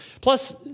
Plus